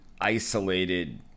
isolated